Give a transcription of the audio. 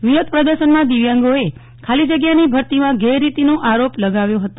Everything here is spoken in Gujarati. વિરોધ પ્રદર્શનમાં દિવ્યાંગોએ ખાલી જગ્યાની ભરતીમાં ગેરરીતિનો આરોપ લગાવ્યો હતો